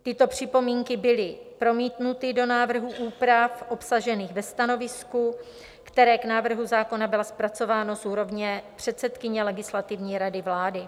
Tyto připomínky byly promítnuty do návrhu úprav obsažených ve stanovisku, které k návrhu zákona bylo zpracováno z úrovně předsedkyně Legislativní rady vlády.